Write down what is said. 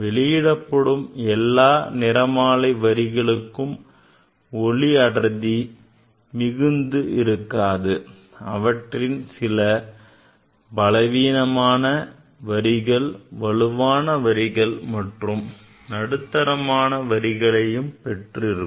வெளியிடப்படும் எல்லா நிறமாலை வரிகளும் ஒளி அடர்த்தி மிகுந்து இருக்காது அவற்றில் சில பலவீனமான வரிகள் வலுவான வரிகள் மற்றும் நடுதரமான வரிகளை பெற்று இருக்கும்